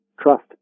trust